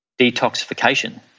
detoxification